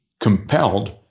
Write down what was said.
compelled